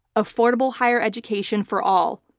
affordable higher education for all.